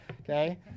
okay